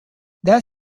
that